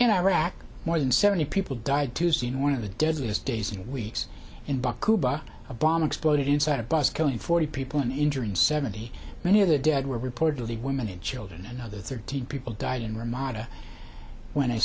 in iraq more than seventy people died tuesday in one of the deadliest days and weeks in baquba a bomb exploded inside a bus killing forty people and injuring seventy many of the dead were reportedly women and children another thirteen people died in ramallah when a